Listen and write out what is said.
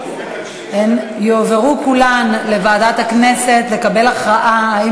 הן יועברו כולן לוועדת הכנסת להכרעה אם